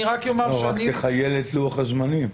לא, רק תכייל את לוח הזמנים.